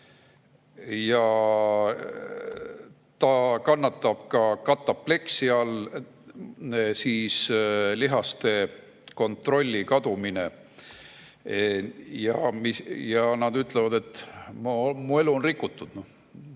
Ta kannatab ka katapleksia all, see on lihaste kontrolli kadumine. Nad ütlevad, et ta elu on rikutud,